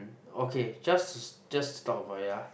okay just to just to talk about it ah